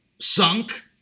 sunk